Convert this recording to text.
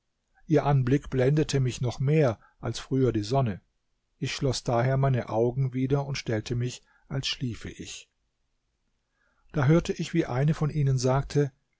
ihr anblick blendete mich noch mehr als früher die sonne ich schloß daher meine augen wieder und stellte mich als schliefe ich da hörte ich wie eine von ihnen sagte